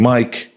Mike